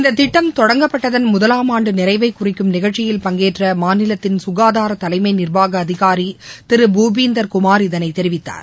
இந்த திட்டம் தொடங்கப்பட்டதள் முதவாண்டு நிறைவை குறிக்கும் நிகழ்ச்சியில் பங்கேற்ற மாநிலத்தின் சுகாதார தலைமை நிர்வாக அதிகாரி திரு பூபிந்தர்குமார் இதனை தெரிவித்தார்